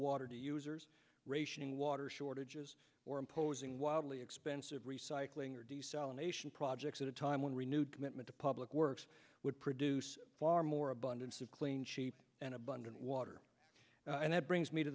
water to users rationing water shortages or imposing wildly expensive recycling or desalination projects at a time when renewed commitment to public works would produce far more abundance of clean cheap and abundant water and that brings me to